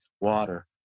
water